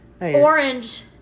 orange